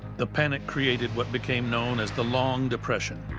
the panic created what became known as the long depression.